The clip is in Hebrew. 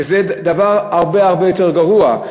וזה דבר הרבה יותר גרוע,